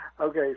Okay